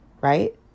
Right